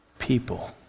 people